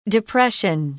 Depression